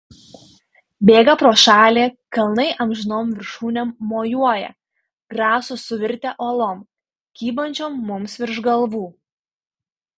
bėga pro šalį kalnai amžinom viršūnėm mojuoja graso suvirtę uolom kybančiom mums virš galvų